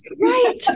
Right